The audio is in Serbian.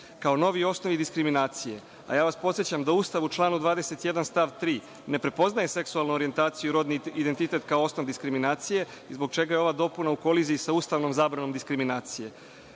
kao novi osnovi diskriminacije. Podsećam vas da Ustav u članu 21. stav 3. ne prepoznaje seksualnu orjentaciju i rodni identitet kao osnov diskriminacije, zbog čega je ova dopuna u koliziji sa ustavnom zabranom diskriminacije. Pomenuto